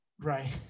Right